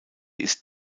ist